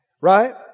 Right